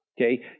okay